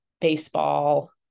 baseball